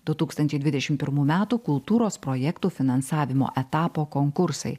du tūkstančiai dvidešimt pirmų metų kultūros projektų finansavimo etapo konkursai